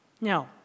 Now